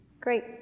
Great